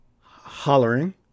hollering